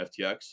FTX